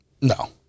No